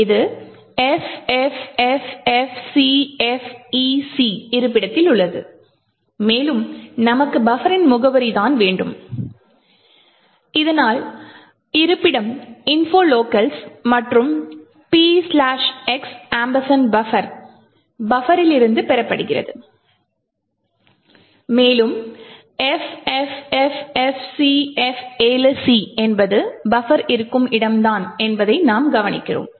இது FFFFCFEC இருப்பிடத்தில் உள்ளது மேலும் நமக்கும் பஃபரின் முகவரி தான் வேண்டும் இதனால் இருப்பிடம் gdb info locals மற்றும் gdb px buffer பஃபரிலிருந்து பெறப்படுகிறது மேலும் FFFFCF7C என்பது பஃபர் இருக்கும் இடம் தான் என்பதை நாம் கவனிக்கிறோம்